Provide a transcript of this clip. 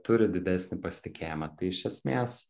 turi didesnį pasitikėjimą tai iš esmės